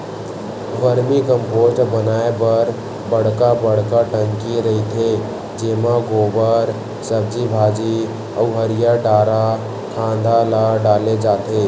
vermi compost बनाए बर बड़का बड़का टंकी रहिथे जेमा गोबर, सब्जी भाजी अउ हरियर डारा खांधा ल डाले जाथे